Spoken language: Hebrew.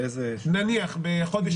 נניח בחודש יולי.